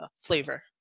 flavor